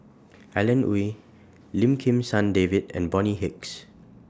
Alan Oei Lim Kim San David and Bonny Hicks